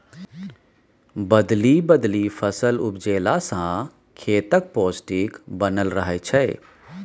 बदलि बदलि फसल उपजेला सँ खेतक पौष्टिक बनल रहय छै